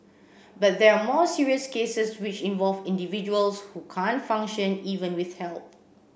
but there are more serious cases which involve individuals who can't function even with help